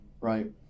Right